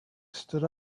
stood